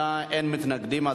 אפשר לומר,